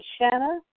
Shanna